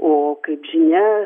o kaip žinia